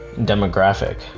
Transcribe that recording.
demographic